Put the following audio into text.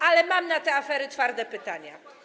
Ale mam na te afery twarde pytania.